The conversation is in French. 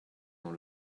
dans